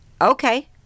okay